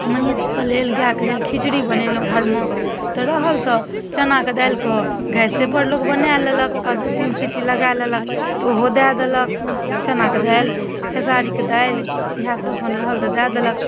महीसके लेल गायके लेल खिचड़ी बनेलहुॅं घरमे तऽ रहल तऽ चनाके दालिके गैसे पर लोक बनए लेलक ओकरा दू तीन सिटी लगए लेलक तऽ ओहो दए देलक चनाके दालि खेसारीके दालि इएह सब अपन रहल तऽ दए देलक